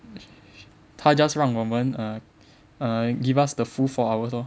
sh~ sh~ 他 just 让我们 err give us the full four hours lor